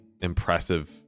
impressive